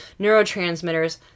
neurotransmitters